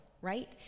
right